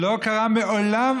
זה לא קרה מעולם,